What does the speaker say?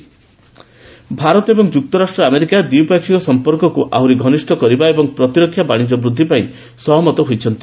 US India dialogue Bharat ଏବଂ ଯୁକ୍ତରାଷ୍ଟ୍ର America ଦ୍ୱିପକ୍ଷୀୟ ସମ୍ପର୍କକୁ ଆହୁରି ଘନିଷ୍ଠ କରିବା ଏବଂ ପ୍ରତିରକ୍ଷା ବାଣିଜ୍ୟ ବୃଦ୍ଧି ପାଇଁ ସହମତ ହୋଇଛନ୍ତି